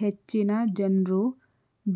ಹೆಚ್ಚಿನ ಜನ್ರು